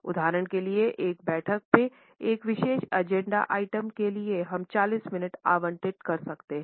उदाहरण के लिए एक बैठक में एक विशेष एजेंडा आइटम के लिए हम 40 मिनट आवंटित कर सकते हैं